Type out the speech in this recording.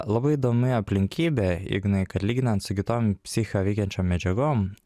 labai įdomi aplinkybė ignai kad lyginant su kitom psichiką veikiančiom medžiagom